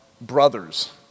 brothers